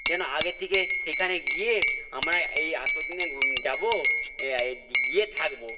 যেন আগে থেকে সেখানে গিয়ে আমরা এই এতদিনে যাব গিয়ে থাকব